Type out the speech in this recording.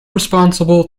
responsible